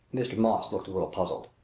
mr. moss looked a little puzzled.